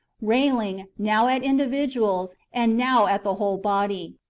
railing, now at in dividuals, and now at the whole body,